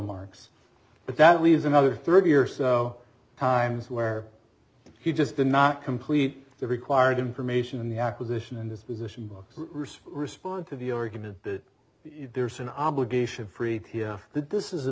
but that leaves another thirty or so times where he just did not complete the required information in the acquisition in this position books respond to the argument that there's an obligation free this is a